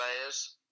players